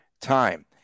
time